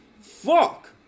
Fuck